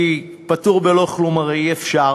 כי פטור בלא כלום הרי אי-אפשר.